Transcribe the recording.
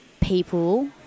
people